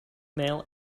male